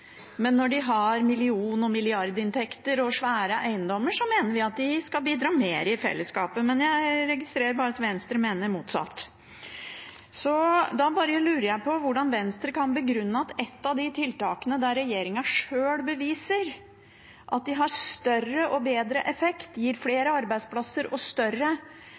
Men når de har million- og milliardinntekter og svære eiendommer, mener vi at de skal bidra mer til fellesskapet. Jeg registrerer at Venstre mener det motsatte. Jeg lurer på hvordan Venstre kan begrunne at et av de tiltakene som regjeringen selv beviser har større og bedre effekt, gir flere arbeidsplasser og større